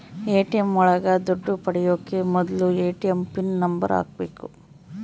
ATM ಒಳಗ ದುಡ್ಡು ಪಡಿಯೋಕೆ ಮೊದ್ಲು ಎ.ಟಿ.ಎಂ ಪಿನ್ ನಂಬರ್ ಹಾಕ್ಬೇಕು